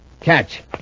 Catch